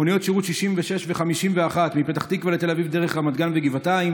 מוניות שירות 66 ו-51 מפתח תקווה לתל אביב דרך רמת גן וגבעתיים,